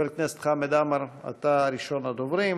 חבר הכנסת חמד עמאר, אתה ראשון הדוברים.